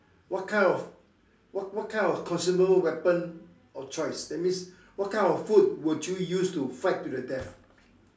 what kind of what what kind of consumable weapon of choice that means what kind of food would you use to fight to the death